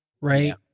right